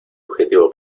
objetivo